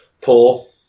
pull